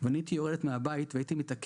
גם אם יהיו לי 100 מאבטחים, או